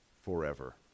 forever